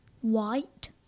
White